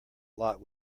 lot